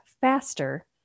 faster